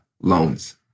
loans